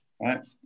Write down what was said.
Right